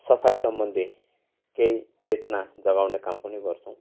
सफाइ सम्बन्धी केही चेतना जगाउने काम पनि गर्छौँ